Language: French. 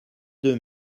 deux